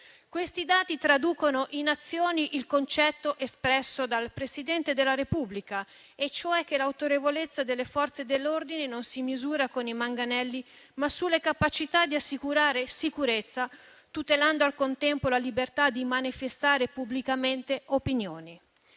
Questi dati traducono in azioni il concetto espresso dal Presidente della Repubblica, cioè che l'autorevolezza delle Forze dell'ordine non si misura con i manganelli, ma sulle capacità di assicurare sicurezza, tutelando al contempo la libertà di manifestare pubblicamente opinioni.